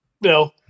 No